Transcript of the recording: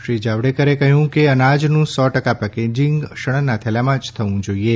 શ્રી જાવડેકરે કહ્યું કે અનાજનું સો ટકા પેકેજિંગ શણનાં થેલામાં જ કરવું જોઈએ